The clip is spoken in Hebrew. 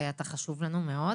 אתה חשוב לנו מאוד